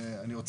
אני.